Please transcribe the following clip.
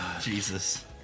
Jesus